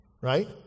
Right